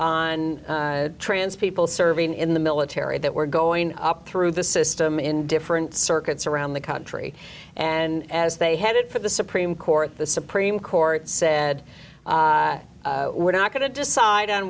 on trans people serving in the military that were going up through the system in different circuits around the country and as they headed for the supreme court the supreme court said we're not going to decide on